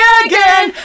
again